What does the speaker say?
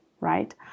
right